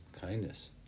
kindness